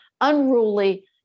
unruly